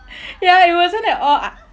ya it wasn't at all I